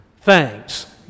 Thanks